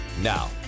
Now